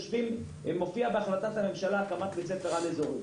מופיע בהחלטת הממשלה הקמת בית ספר על-אזורי,